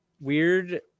weird